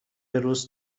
روز